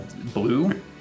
blue